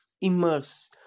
immerse